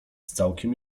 całkiem